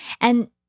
And-